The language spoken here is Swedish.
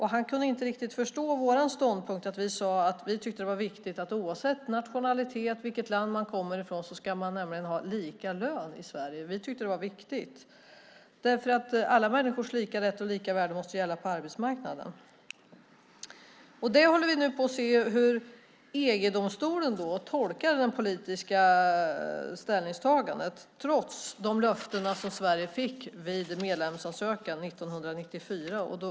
Han kunde inte riktigt förstå vår ståndpunkt, nämligen att vi tyckte att det var viktigt att oavsett nationalitet, vilket land man kommer från, ska man ha lika lön i Sverige. Vi tyckte att det var viktigt. Alla människors lika rätt och lika värde måste gälla på arbetsmarknaden. Nu ser vi hur EG-domstolen tolkar det politiska ställningstagandet, trots de löften som Sverige fick i samband med medlemsansökan 1994.